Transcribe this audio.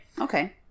Okay